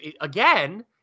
again